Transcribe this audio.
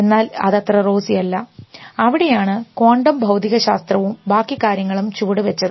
എന്നാൽ അത് അത്ര റോസി അല്ല അവിടെയാണ് ക്വാണ്ടം ഭൌതികശാസ്ത്രവും ബാക്കി കാര്യങ്ങളും ചുവടുവെച്ചത്